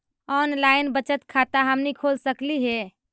Online बचत खाता हमनी खोल सकली हे?